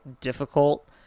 difficult